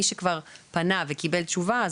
מי שכבר פנה וקיבל תשובה,